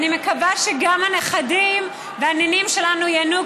ואני מקווה שגם הנכדים והנינים שלנו ייהנו.